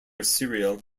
cereal